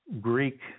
Greek